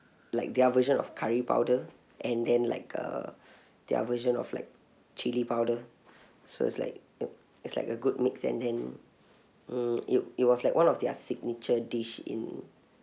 like their version of curry powder and then like uh their version of like chilli powder so it's like it's like a good mix and then mm it it was like one of their signature dish in